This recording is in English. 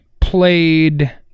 played